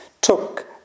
took